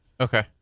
Okay